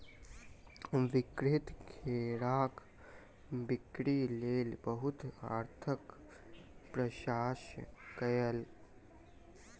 विक्रेता घेराक बिक्री लेल बहुत अथक प्रयास कयलक